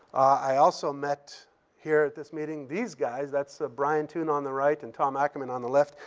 i also met here at this meeting these guys. that's brian toon on the right and tom ackerman on the left.